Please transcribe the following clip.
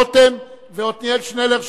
רותם ועתניאל שנלר,